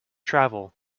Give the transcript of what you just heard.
travel